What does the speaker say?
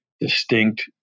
distinct